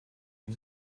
may